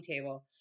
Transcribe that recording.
table